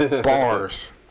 bars